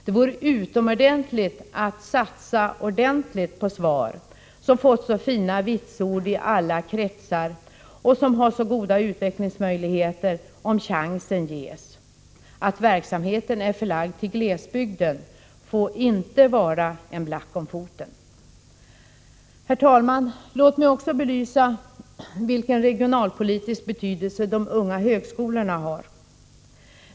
Det vore utomordentligt lämpligt att satsa ordentligt på SVAR, som fått så fina vitsord i alla kretsar och som har så goda utvecklingsmöjligheter om chansen ges. Att verksamheten är förlagd till glesbygden får inte vara en black om foten. Herr talman! Låt mig också belysa vilken regionalpolitisk betydelse de unga högskolorna har.